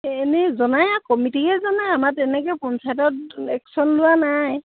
এনেই জনাই আৰু কমিটিয়েহে জনাই আমাৰ তেনেকৈ পঞ্চায়তত একশ্যন লোৱা নাই